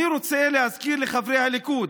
אני רוצה להזכיר לחברי הליכוד,